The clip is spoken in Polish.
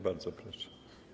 Bardzo proszę.